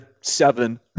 seven